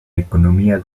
economía